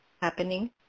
happening